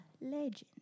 Legend